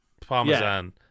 parmesan